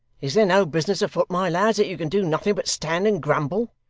is there no business afoot, my lads, that you can do nothing but stand and grumble